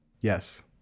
yes